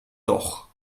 doch